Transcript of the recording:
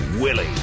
Willie